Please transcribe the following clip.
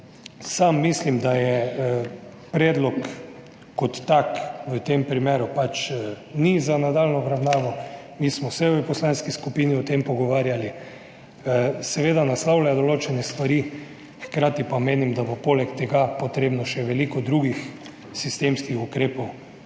Sam mislim, da predlog kot tak v tem primeru pač ni za nadaljnjo obravnavo. Mi smo se v poslanski skupini o tem pogovarjali. Seveda naslavlja določene stvari, hkrati pa menim, da bo poleg tega potrebnih še veliko drugih sistemskih ukrepov.